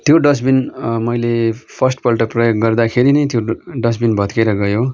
त्यो डस्टबिन मैले फस्टपल्ट प्रयोग गर्दाखेरि नै त्यो डस्टबिन भत्किएर गयो